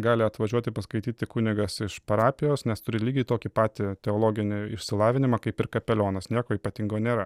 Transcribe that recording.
gali atvažiuot ir paskaityti kunigas iš parapijos nes turi lygiai tokį patį teologinį išsilavinimą kaip ir kapelionas nieko ypatingo nėra